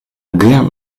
gran